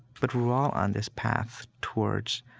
but we're all on this path towards